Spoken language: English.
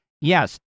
Yes